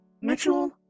Mitchell